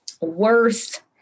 worth